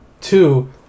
two